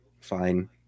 Fine